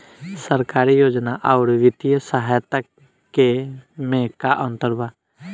सरकारी योजना आउर वित्तीय सहायता के में का अंतर बा?